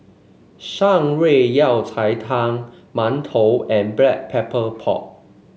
Shan Rui Yao Cai Tang mantou and Black Pepper Pork